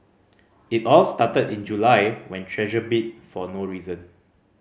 it all started in July when Treasure bit for no reason